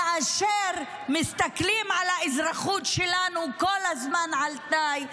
כאשר מסתכלים על האזרחות שלנו כל הזמן כעל תנאי,